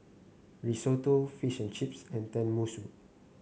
Risotto Fish and Chips and Tenmusu